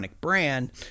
brand